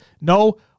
no